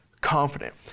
confident